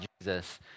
Jesus